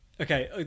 Okay